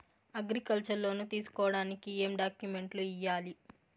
Agriculture loan తీసుకోడానికి ఏం డాక్యుమెంట్లు ఇయ్యాలి?